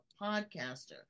podcaster